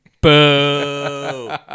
Boo